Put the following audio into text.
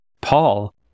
Paul